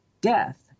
death